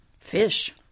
fish